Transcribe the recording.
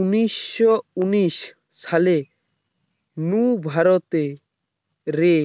উনিশ শ উনিশ সাল নু ভারত রে